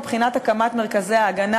מבחינת הקמת מרכזי ההגנה,